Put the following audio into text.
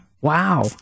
Wow